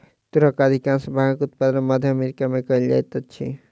तूरक अधिकाँश भागक उत्पादन मध्य अमेरिका में कयल जाइत अछि